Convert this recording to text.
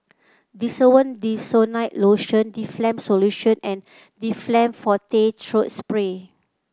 Desowen Desonide Lotion Difflam Solution and Difflam Forte Throat Spray